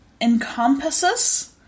encompasses